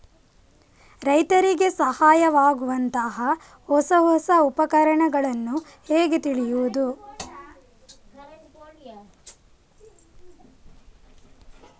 ರೈತರಿಗೆ ಸಹಾಯವಾಗುವಂತಹ ಹೊಸ ಹೊಸ ಉಪಕರಣಗಳನ್ನು ಹೇಗೆ ತಿಳಿಯುವುದು?